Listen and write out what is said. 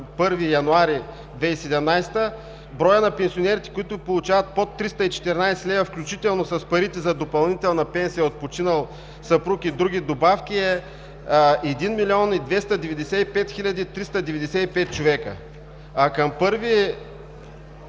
1 януари 2017 г., броят на пенсионерите, които получават под 314 лв., включително с парите за допълнителна пенсия от починал съпруг и други добавки, е 1 млн. 295 хил. 395 човека. Към 1